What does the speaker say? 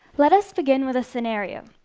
let us begin with a scenario.